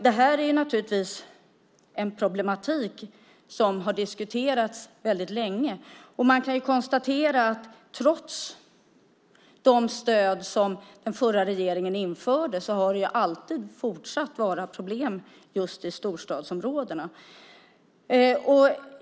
Det här är naturligtvis en problematik som har diskuterats länge. Trots de stöd som den förra regeringen införde har det alltid fortsatt att vara problem just i storstadsområdena.